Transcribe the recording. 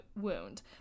wound